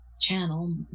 channel